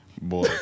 boy